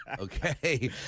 Okay